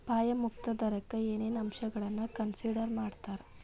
ಅಪಾಯ ಮುಕ್ತ ದರಕ್ಕ ಏನೇನ್ ಅಂಶಗಳನ್ನ ಕನ್ಸಿಡರ್ ಮಾಡ್ತಾರಾ